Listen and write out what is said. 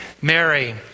Mary